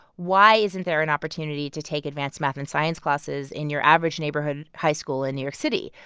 why isn't there an opportunity to take advanced math and science classes in your average neighborhood high school in new york city?